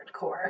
hardcore